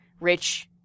rich